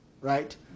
Right